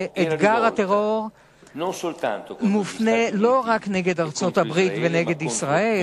שהטרור קורא תיגר לא רק על ארצות-הברית ועל ישראל,